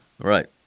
Right